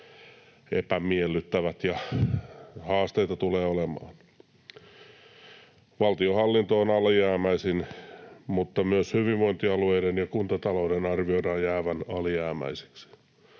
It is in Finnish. epämiellyttävät ja haasteita tulee olemaan. Valtionhallinto on alijäämäisin, mutta myös hyvinvointialueiden ja kuntatalouden arvioidaan jäävän alijäämäisiksi.